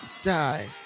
die